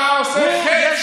אתה עושה חטא.